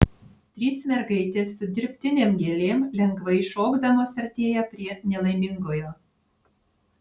trys mergaitės su dirbtinėm gėlėm lengvai šokdamos artėja prie nelaimingojo